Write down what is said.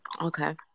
okay